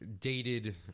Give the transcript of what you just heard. dated